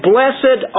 Blessed